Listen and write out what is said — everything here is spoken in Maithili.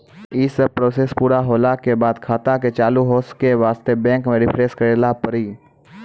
यी सब प्रोसेस पुरा होला के बाद खाता के चालू हो के वास्ते बैंक मे रिफ्रेश करैला पड़ी?